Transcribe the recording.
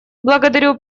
благодарю